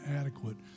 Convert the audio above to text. adequate